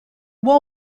wall